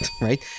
right